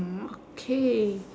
mm okay